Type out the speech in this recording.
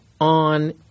on